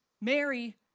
Mary